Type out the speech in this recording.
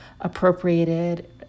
appropriated